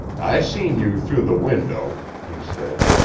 i seen you through the window, he said.